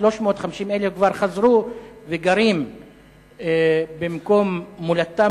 350,000 כבר חזרו וגרים במקום מולדתם